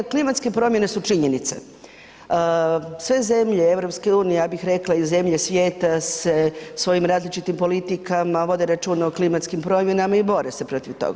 Klimatske promjene su činjenice, sve zemlje EU, ja bih rekla i zemlje svijeta se svojim različitim politikama vode računa o klimatskim promjenama i bore se protiv toga.